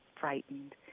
frightened